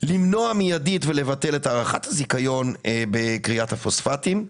למנוע מיידית ולבטל את הארכת הזיכיון בכריית הפוספטים,